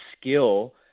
skill